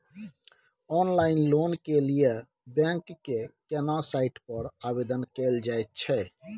Online loan के लिए bank के केना साइट पर आवेदन कैल जाए छै?